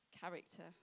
character